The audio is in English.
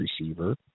receiver